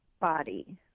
body